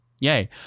Yay